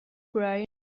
brian